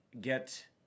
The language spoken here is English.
get